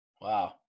Wow